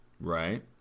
Right